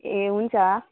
ए हुन्छ